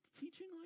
teaching